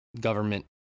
government